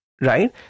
Right